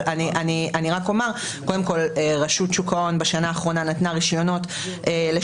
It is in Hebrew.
אבל רשות שוק ההון בשנה האחרונה נתנה רישיונות לשלושה.